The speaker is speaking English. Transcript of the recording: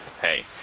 hey